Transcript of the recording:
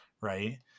right